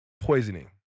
poisoning